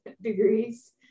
degrees